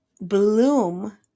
bloom